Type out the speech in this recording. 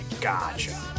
gotcha